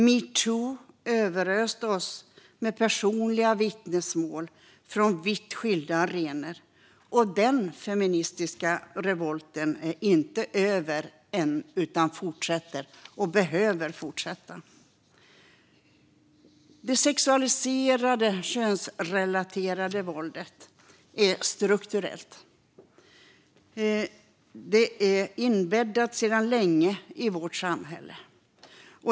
Metoo överöste oss med personliga vittnesmål från vitt skilda arenor, och den feministiska revolten är inte över än utan fortsätter och behöver fortsätta. Det sexualiserade, könsrelaterade våldet är strukturellt och sedan länge inbäddat i vårt samhälle.